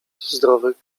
zdrowych